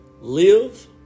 live